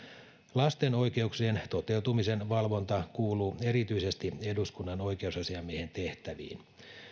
lasten oikeuksien toteutumisen valvonta kuuluu erityisesti eduskunnan oikeusasiamiehen tehtäviin